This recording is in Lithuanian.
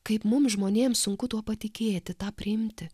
kaip mum žmonėms sunku tuo patikėti tą priimti